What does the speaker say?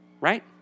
Right